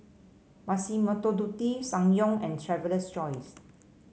Massimo Dutti Ssangyong and Traveler's Choice